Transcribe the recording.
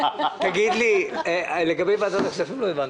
תגיד לי, לגבי ועדת הכספים לא הבנתי.